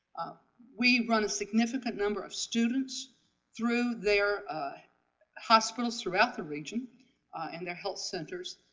we run a significant number of students through their hospitals throughout the region and their health centers.